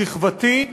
שכבתי,